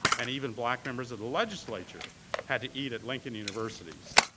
and even black members of the legislature had to eat at lincoln university, so